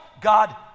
God